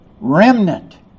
remnant